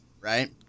right